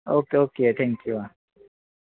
okay okay thank you